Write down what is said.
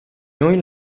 noi